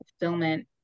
fulfillment